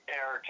air